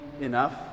enough